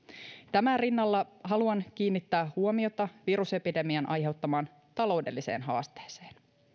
tämän rinnalla haluan kiinnittää huomiota virusepidemian aiheuttamaan taloudelliseen haasteeseen